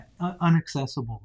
unaccessible